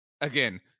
again